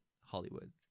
hollywood